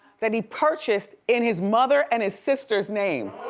that he purchased in his mother and his sister's name.